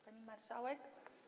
Pani Marszałek!